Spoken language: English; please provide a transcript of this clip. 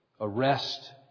Arrest